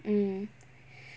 mm